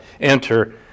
enter